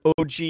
OG